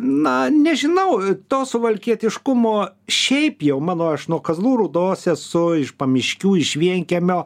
na nežinau to suvalkietiškumo šiaip jau mano aš nuo kazlų rūdos esu iš pamiškių iš vienkiemio